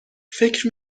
فکر